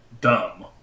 dumb